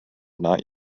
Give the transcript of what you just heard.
not